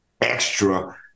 extra